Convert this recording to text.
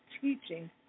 teaching